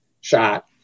shot